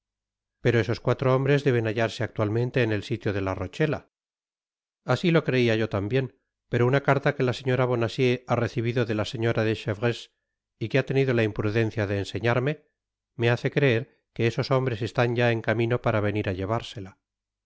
pero esos cuatro hombres deben hallarse actualmente en el sitio de la rochela así lo creia yo tambien pero una carta que la señora bonacieux ha reci bido de la señora de chevreuse y que ha tenido la imprudencia de enseñarme me hace creer que esos hombres están ya en camino para venir á llevársela